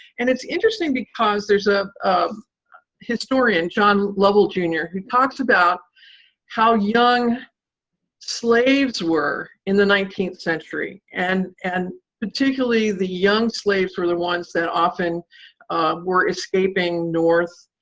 and it's interesting, because there's ah a historian, john lovell, jr, who talks about how young slaves were in the nineteenth century, and and particularly the young slaves were the ones that often were escaping north.